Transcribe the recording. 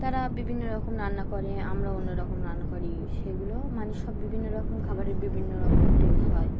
তারা বিভিন্ন রকম রান্না করে আমরা অন্য রকম রান্না করি সেগুলো মানে সব বিভিন্ন রকম খাবারের বিভিন্ন রকম টেস্ট হয়